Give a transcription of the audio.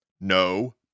No